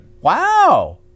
Wow